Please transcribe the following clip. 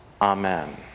Amen